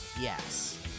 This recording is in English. yes